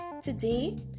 Today